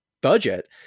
budget